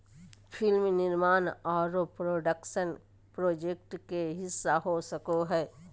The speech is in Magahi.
फिल्म निर्माण आरो प्रोडक्शन प्रोजेक्ट के हिस्सा हो सको हय